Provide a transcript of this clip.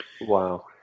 Wow